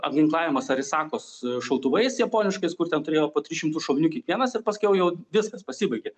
apginklavimas arisakos šautuvais japoniškais kur ten turėjo po tris šimtus šovinių kiekvienas ir paskiau jau viskas pasibaigė